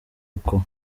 uko